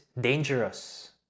dangerous